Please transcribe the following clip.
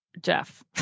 Jeff